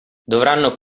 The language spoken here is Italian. dovranno